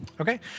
Okay